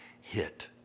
hit